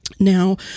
Now